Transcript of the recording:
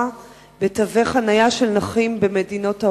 בתווי חנייה של נכים במדינות העולם?